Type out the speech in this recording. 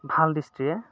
ভাল দৃষ্টিৰে